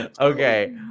Okay